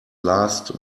last